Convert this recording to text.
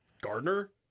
Gardner